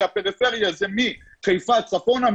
כשהפריפריה זה מחיפה צפונה,